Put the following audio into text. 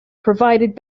provided